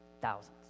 Thousands